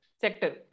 sector